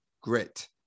Grit